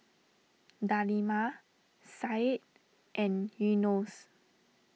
Delima Said and Yunos